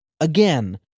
again